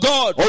God